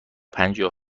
پنجاه